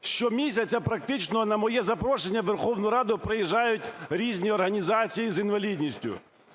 Щомісяця практично на моє запрошення в Верховну Раду приїжджають різні організації з інвалідністю.